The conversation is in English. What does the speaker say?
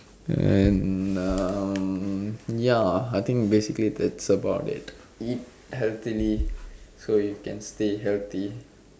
and ya I think basically that's about it eat healthily so you can stay healthy